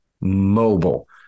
mobile